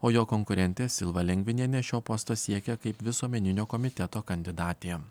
o jo konkurentė silva lengvinienė šio posto siekė kaip visuomeninio komiteto kandidatė